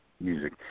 music